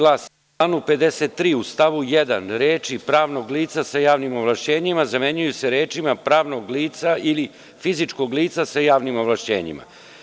Član 53. u stavu 1. reči „pravnog lica sa javnim ovlašćenjima“ zamenjuju se rečima „pravnog lica ili fizičkog lica sa javnim ovlašćenjima“